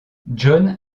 john